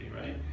right